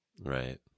Right